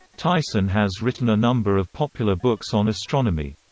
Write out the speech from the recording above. tyson has written a number of popular books on astronomy.